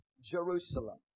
Jerusalem